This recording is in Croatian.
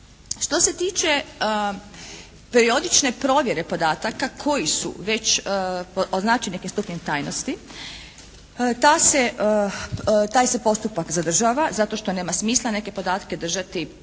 Što se tiče periodične provjere podataka koji su već označeni nekim stupnjem tajnosti ta se, taj se postupak zadržava zato što nema smisla neke podatke držati